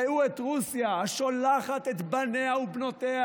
ראו את רוסיה, השולחת את בניה ובנותיה